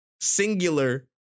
singular